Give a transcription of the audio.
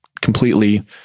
completely